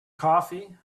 coffee